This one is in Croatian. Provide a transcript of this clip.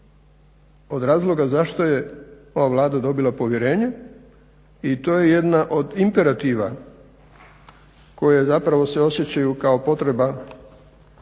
od razloga zašto je ova Vlada dobila povjerenje i to je jedan od imperativa koje se osjećaju kao potreba